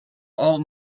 all